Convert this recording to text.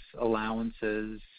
allowances